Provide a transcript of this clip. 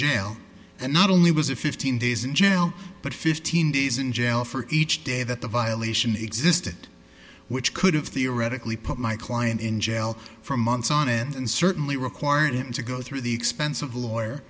jail and not he was a fifteen days in jail but fifteen days in jail for each day that the violation existed which could have theoretically put my client in jail for months on it and certainly required him to go through the expense o